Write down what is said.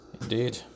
Indeed